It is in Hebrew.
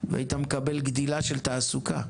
והיית מקבל גדילה של תעסוקה,